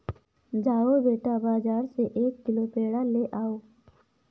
जाओ बेटा, बाजार से एक किलो पेड़ा ले आओ